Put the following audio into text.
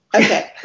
Okay